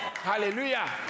Hallelujah